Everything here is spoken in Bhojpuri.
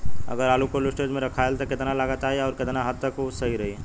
अगर आलू कोल्ड स्टोरेज में रखायल त कितना लागत आई अउर कितना हद तक उ सही रही?